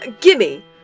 gimme